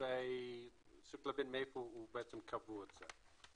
צריך להבין מאיפה קבעו את זה.